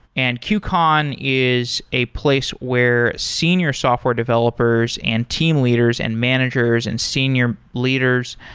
and qcon is a place where senior software developers and team leaders and managers and senior leaders,